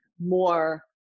more